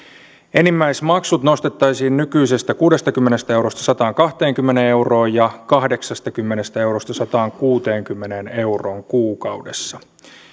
enimmäismaksut nostettaisiin nykyisestä kuudestakymmenestä eurosta sataankahteenkymmeneen euroon ja kahdeksastakymmenestä eurosta sataankuuteenkymmeneen euroon kuukaudessa